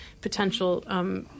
potential